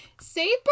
Say